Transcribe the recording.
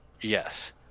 Yes